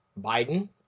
Biden